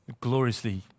Gloriously